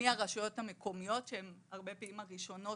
מהרשויות המקומית שהן הרבה פעמים הראשונות